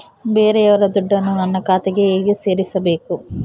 ಬೇರೆಯವರ ದುಡ್ಡನ್ನು ನನ್ನ ಖಾತೆಗೆ ಹೇಗೆ ಸೇರಿಸಬೇಕು?